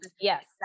Yes